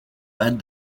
led